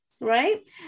right